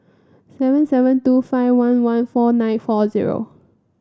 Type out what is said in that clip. seven seven two five one one four nine four zero